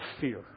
fear